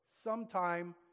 Sometime